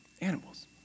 animals